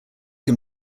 him